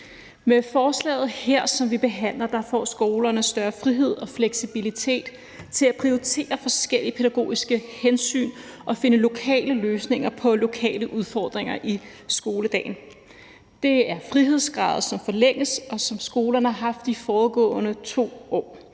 Med forslaget, som vi behandler her, får skolerne større frihed og fleksibilitet til at prioritere forskellige pædagogiske hensyn og finde lokale løsninger på lokale udfordringer i skoledagen. Det er frihedsgrader, som forlænges, som skolerne har haft de foregående 2 år,